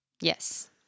Yes